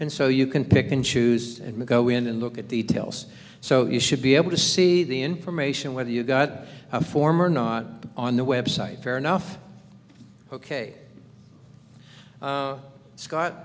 and so you can pick and choose and go in and look at the details so you should be able to see the information whether you got a form or not on the website fair enough ok scott